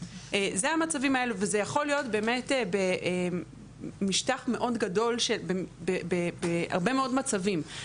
זה המצבים האלו וזה יכול להיות באמת משטח מאוד גדול שבהרבה מאוד מצבים,